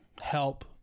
help